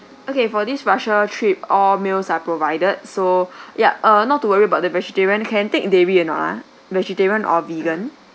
okay for this russia trip all meals are provided so yeah uh not to worry about the vegetarian can take dairy or not ah vegetarian or vegan